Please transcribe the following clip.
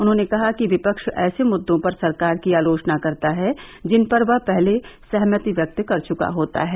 उन्हॉने कहा कि विपक्ष ऐसे मुद्दों पर सरकार की आलोचना करता है जिन पर वह पहले सहमति व्यक्त कर चुका होता है